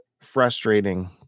frustrating